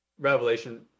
revelation